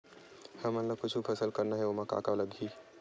हमन ला कुछु फसल करना हे ओमा का का लगही?